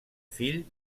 fille